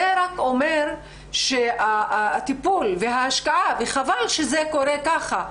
זה רק אומר שהטיפול וההשקעה, וחבל שזה קורה ככה.